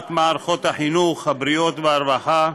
דוגמת מערכות החינוך, הבריאות והרווחה,